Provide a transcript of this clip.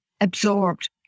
absorbed